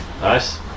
Nice